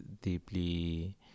deeply